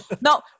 no